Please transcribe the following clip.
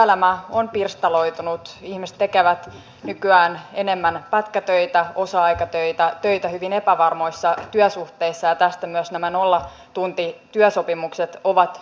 työelämä on pirstaloitunut ihmiset tekevät nykyään enemmän pätkätöitä osa aikatöitä töitä hyvin epävarmoissa työsuhteissa ja tästä myös nämä nollatuntityösopimukset ovat osoitus